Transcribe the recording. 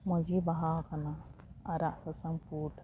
ᱢᱚᱡᱽᱜᱮ ᱵᱟᱦᱟᱣ ᱟᱠᱟᱱᱟ ᱟᱨᱟᱜ ᱥᱟᱥᱟᱝ ᱯᱩᱸᱰ